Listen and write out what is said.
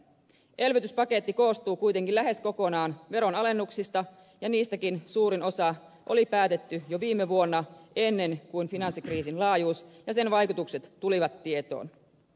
elvytyspaketti koostuu kuitenkin lähes kokonaan veronalennuksista ja niistäkin suurin osa oli päätetty jo viime vuonna ennen kuin finanssikriisin laajuus ja sen vaikutukset tulivat tietoon